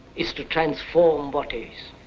is to transform what is.